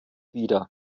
wieder